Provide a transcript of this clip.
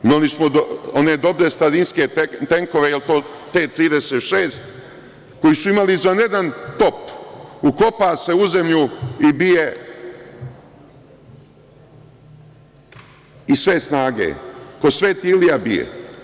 Imali smo one dobre starinske tenkove, jel to T-36, koji su imali izvanredan top, ukopa se u zemlju i bije iz sve snage, ko Sveti Ilija bije.